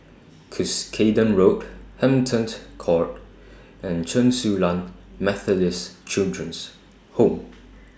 Cuscaden Road Hampton Court and Chen Su Lan Methodist Children's Home